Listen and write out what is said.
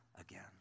again